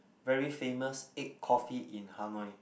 very famous egg coffee in Hanoi